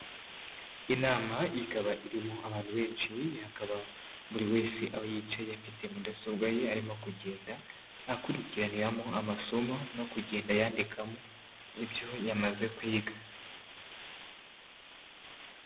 Inama ikaba irimo abantu benshi, hakaba buri wese aho yicaye afite mudasobwa ye, arimo kugenda akurikiraniramo amasomo no kugenda yanyandikamo ibyo yamaze kwiga.